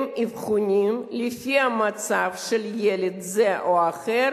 הם אבחונים לפי המצב של ילד זה או אחר